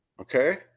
Okay